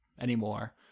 anymore